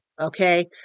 Okay